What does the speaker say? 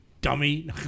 Dummy